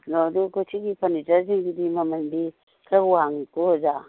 ꯑꯗꯨ ꯑꯩꯈꯣꯏ ꯁꯤꯒꯤ ꯐꯔꯅꯤꯆꯔꯁꯤꯡꯁꯤꯗꯤ ꯃꯃꯟꯗꯤ ꯈꯔ ꯋꯥꯡꯉꯤꯀꯣ ꯑꯣꯖꯥ